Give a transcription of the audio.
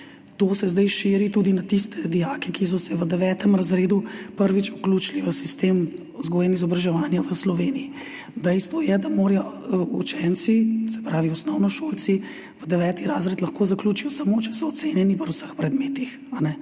To se zdaj širi tudi na tiste dijake, ki so se v 9. razredu prvič vključili v sistem vzgoje in izobraževanja v Sloveniji. Dejstvo je, da učenci, se pravi osnovnošolci, 9. razred lahko zaključijo samo, če so ocenjeni pri vseh predmetih.